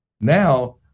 Now